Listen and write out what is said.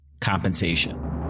compensation